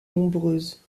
nombreuses